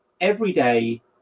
everyday